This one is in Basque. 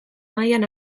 mailan